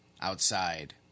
outside